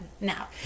now